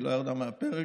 היא לא ירדה מהפרק.